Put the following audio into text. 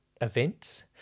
events